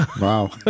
wow